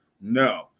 no